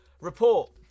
Report